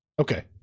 Okay